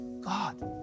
God